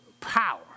power